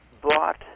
bought